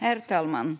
Herr talman!